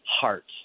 hearts